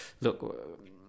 look